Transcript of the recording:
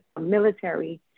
military